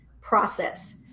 process